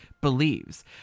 believes